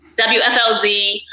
WFLZ